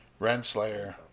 Renslayer